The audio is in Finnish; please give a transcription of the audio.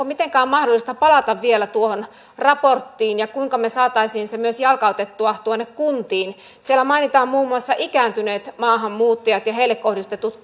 mitenkään mahdollista palata vielä tuohon raporttiin ja kuinka me saisimme sen myös jalkautettua tuonne kuntiin siellä mainitaan muun muassa ikääntyneet maahanmuuttajat ja heille kohdistetut